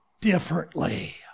differently